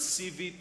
מסיבית